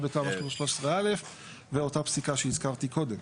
בתמ"א 13א ואותה הפסיקה שהזכרתי קודם.